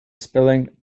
spelling